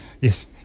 yes